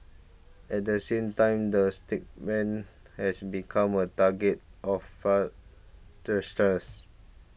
at the same time the statement has become a target of fraudsters